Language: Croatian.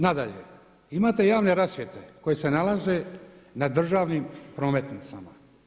Nadalje, imate javne rasvjete koje se nalaze na državnim prometnicama.